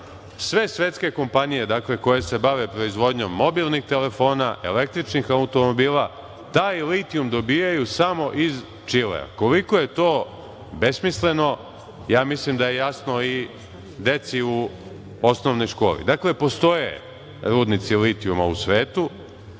sve svetske kompanije koje se bave proizvodnjom mobilnih telefona, električnih automobila, taj litijum dobijaju samo iz Čilea. Koliko je to besmisleno, mislim da je jasno i deci u osnovnoj školi. Dakle, postoje rudnici litijuma u svetu,